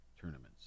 tournaments